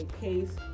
case